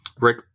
Rick